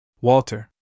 Walter